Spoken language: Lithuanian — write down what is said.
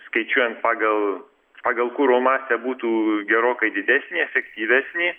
skaičiuojant pagal pagal kuro masę būtų gerokai didesnė efektyvesnė